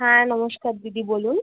হ্যাঁ নমস্কার দিদি বলুন